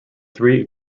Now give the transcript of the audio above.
three